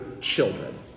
children